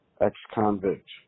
ex-convict